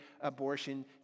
abortion